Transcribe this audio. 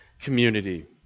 community